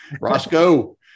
Roscoe